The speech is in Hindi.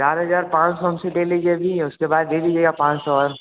चार हज़ार पाँच सौ हम से ले लीजिए अभी उसके बाद ले लीजिएगा पाँच सौ और